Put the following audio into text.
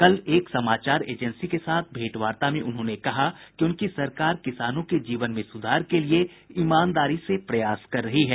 कल एक समाचार एजेंसी के साथ भेंटवार्ता में उन्होंने कहा कि उनकी सरकार किसानों के जीवन में सुधार के लिए ईमानदारी से प्रयास कर रही है